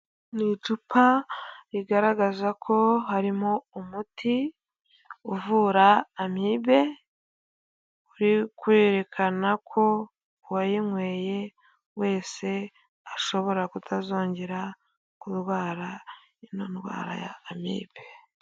Ni icupa rigaragaza ko harimo umuti uvura amibe, uri kwerekana ko uwayinyweye wese ashobora kutazongera kurwara ino ndwara ya amibe.